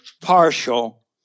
partial